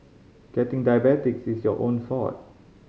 getting diabetes is your own fault